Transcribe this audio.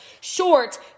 Short